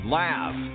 laugh